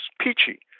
peachy